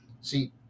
See